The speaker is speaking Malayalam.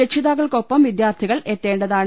രക്ഷിതാക്കൾക്കൊപ്പം വിദ്യാർത്ഥികൾ എത്തേണ്ടതാണ്